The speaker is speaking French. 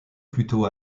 plutôt